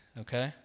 okay